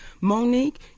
Monique